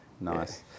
Nice